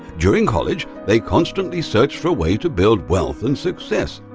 during college they constantly searched for a way to build wealth and success.